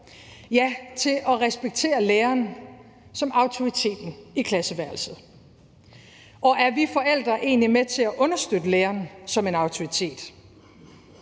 ja, til at respektere læreren som autoriteten i klasseværelset. Og er vi forældre egentlig med til at understøtte læreren som en autoritet?